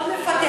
לא נפתח,